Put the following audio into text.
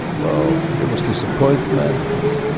well, it was disappointment.